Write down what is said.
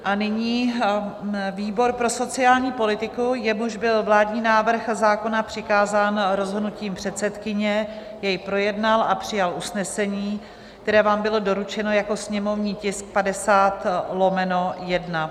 A nyní, výbor pro sociální politiku, jemuž byl vládní návrh zákona přikázán rozhodnutím předsedkyně, jej projednal a přijal usnesení, které vám bylo doručeno jako sněmovní tisk 50/1.